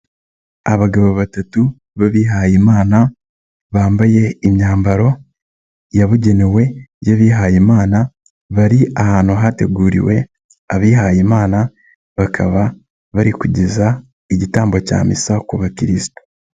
Abagabo batatu b'abihayimana bambaye imyambaro yabugenewe y'abihayimana bari ahantu hateguriwe abihayimana bakaba bari kugeza igitambo cya misa ku bakirisitu.